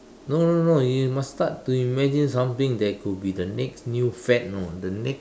no no no you must start to imagine something that could be the next new fad you know the next